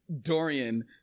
Dorian